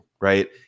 right